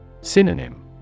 Synonym